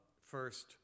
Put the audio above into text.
first